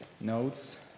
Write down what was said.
notes